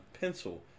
pencil